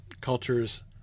cultures